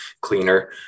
cleaner